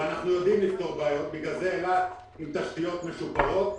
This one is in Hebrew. ואנחנו יודעים לפתור בעיות - לכן אילת עם תשתיות משופרות,